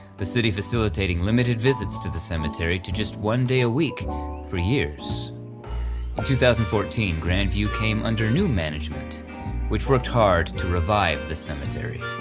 the city facilitating limited visits to the cemetery to just one day a week for years. in two thousand and fourteen grand view came under new management which worked hard to revive the cemetery.